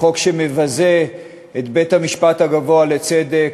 בחוק שמבזה את בית-המשפט הגבוה לצדק.